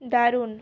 দারুণ